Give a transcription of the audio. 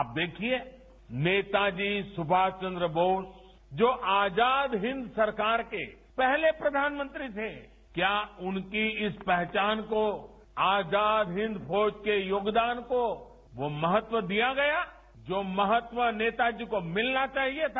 आप देखिये नेताजी सुभाष चंद्र बोस जो आजाद हिंद सरकार के पहले प्रधानमंत्री थे क्या उनकी इस पहचान को आजाद हिंद फौज के योगदान को वो महत्व दिया गया जो महत्व नेता जी को मिलना चाहिए था